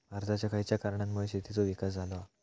भारतात खयच्या कारणांमुळे शेतीचो विकास झालो हा?